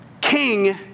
king